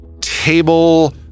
table